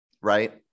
right